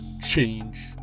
change